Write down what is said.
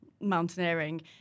mountaineering